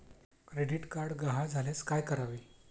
Credit card गहाळ झाल्यास काय करावे?